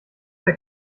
der